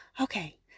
okay